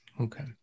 Okay